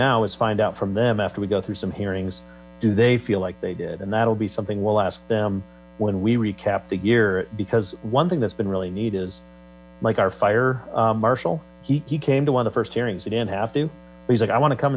now is find out from them after we go through some hearings do they feel like they did and that will be something we'll ask them when we recap the year because one thing that's been really need is like our fire marshal he came to one the first hearings he didn't have to he's like i want to come